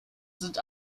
sind